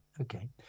okay